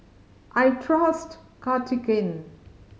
I trust Cartigain